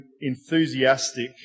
enthusiastic